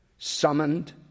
summoned